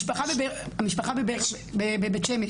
משפחה בבית-שמש